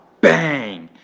bang